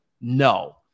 no